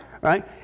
right